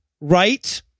right